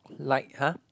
like huh